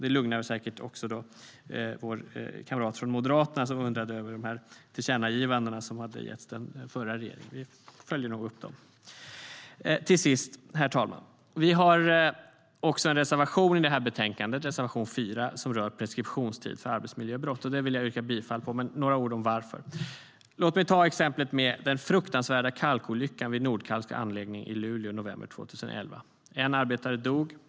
Det lugnar säkert också vår kamrat från Moderaterna som undrade över de tillkännagivanden som gavs till den förra regeringen. Vi följer nog upp dem. Herr talman! Vi har också en reservation i det här betänkandet, reservation 4, som rör preskriptionstid för arbetsmiljöbrott. Den vill jag yrka bifall till. Men jag vill säga några ord om varför. Låt mig ta exemplet med den fruktansvärda kalkolyckan vid Nordkalks anläggning i Luleå i november 2011. En arbetare dog.